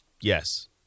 Yes